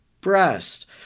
breast